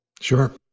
sure